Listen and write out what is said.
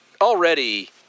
already